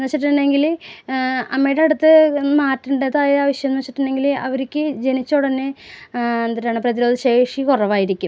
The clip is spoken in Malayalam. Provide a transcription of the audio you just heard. എന്ന് വെച്ചിട്ടുണ്ടെങ്കിൽ അമ്മയുടെ അടുത്ത് മാറ്റണ്ടതായ ആവശ്യം എന്ന് വെച്ചിട്ടുണ്ടെങ്കിൽ അവർക്ക് ജനിച്ചാലുടനെ എന്തുട്ടാണ് പ്രതിരോധശേഷി കുറവായിരിക്കും